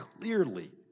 clearly